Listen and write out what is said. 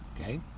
Okay